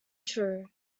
true